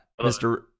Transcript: Mr